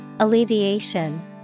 Alleviation